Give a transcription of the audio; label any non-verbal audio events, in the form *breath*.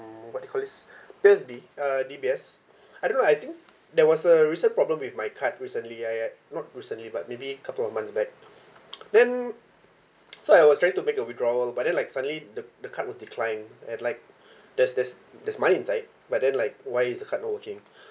what they call this *breath* D_S_B uh D_B_S I don't know lah I think there was a recent problem with my card recently I had not recently but maybe couple of months back *noise* then *noise* so I was trying to make a withdrawal but then like suddenly the the card would decline and like there's there's there's money inside but then like why is the card not working *breath*